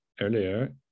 earlier